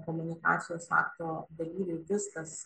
komunikacijos aktodalyviai viskas